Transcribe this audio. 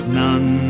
none